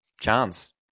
Chance